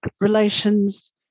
Relations